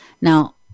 now